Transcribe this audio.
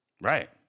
Right